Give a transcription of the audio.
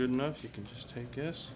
good enough you can just take